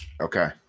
Okay